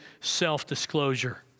self-disclosure